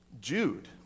Jude